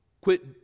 quit